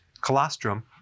colostrum